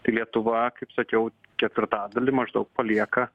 tai lietuva kaip sakiau ketvirtadalį maždaug palieka